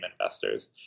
investors